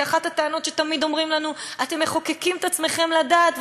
כי אחת הטענות שתמיד אומרים לנו: אתם מחוקקים את עצמכם לדעת,